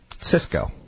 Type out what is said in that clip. Cisco